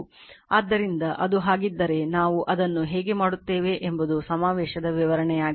ಆದ್ದರಿಂದ ಅದು ಹಾಗಿದ್ದರೆ ನಾವು ಅದನ್ನು ಹೇಗೆ ಮಾಡುತ್ತೇವೆ ಎಂಬುದು ಸಮಾವೇಶದ ವಿವರಣೆಯಾಗಿದೆ